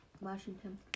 Washington